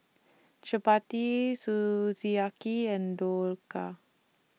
Chapati Sukiyaki and Dhokla